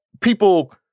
people